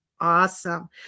Awesome